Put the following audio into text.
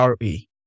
RE